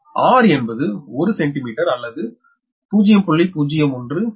எனவே r என்பது 1 centimetre அல்லது 0